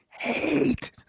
hate